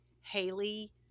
Haley